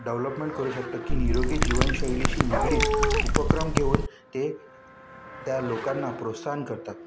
development करू शकतं की आरोग्य जीवनशैलीशी निगडीत उपक्रम घेऊन ते त्या लोकांना प्रोत्साहन करतात